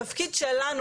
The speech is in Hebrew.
התפקיד שלנו